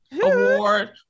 award